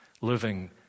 living